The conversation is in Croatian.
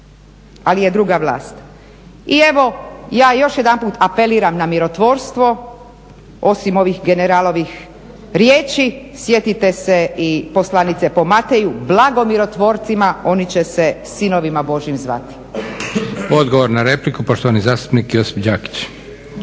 ali je druga vlast. I evo ja još jedanput apeliram na mirotvorstvo osim ovih generalovih riječi. Sjetite se i poslanice po Mateju "Blago mirotvorcima oni će se sinovima božjim zvati." **Leko, Josip (SDP)** Odgovor na repliku, poštovani zastupnik Josip Đakić.